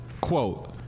quote